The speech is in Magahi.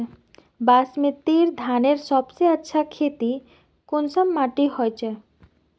बासमती धानेर सबसे अच्छा खेती कुंसम माटी होचए?